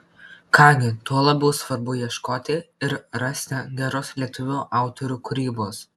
ką gi tuo labiau svarbu ieškoti ir rasti geros lietuvių autorių kūrybos